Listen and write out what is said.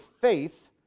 faith